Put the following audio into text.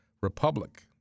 republic